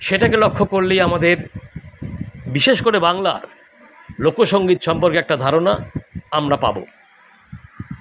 সেটাকে লক্ষ্য করলেই আমাদের বিশেষ করে বাংলার লোকসংগীত সম্পর্কে একটা ধারণা আমরা পাবো